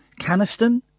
Caniston